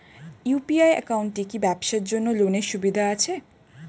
UPI একাউন্টে কি ব্যবসার জন্য লোনের সুবিধা আছে?